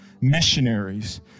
missionaries